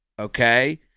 Okay